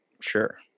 Sure